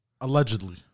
Allegedly